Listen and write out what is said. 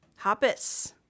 Hoppus